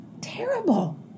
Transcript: terrible